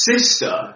Sister